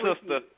sister